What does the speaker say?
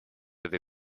этой